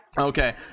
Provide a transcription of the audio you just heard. Okay